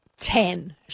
ten